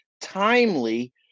timely